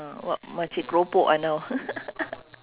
uh what makcik keropok I know